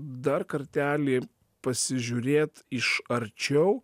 dar kartelį pasižiūrėt iš arčiau